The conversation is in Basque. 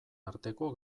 arteko